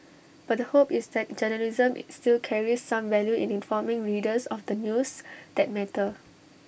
but the hope is that journalism still carries some value in informing readers of the news that matter